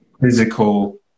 physical